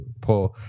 poor